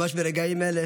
ממש ברגעים אלה